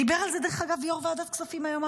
דיבר על זה דרך אגב יו"ר ועדת הכספים היום.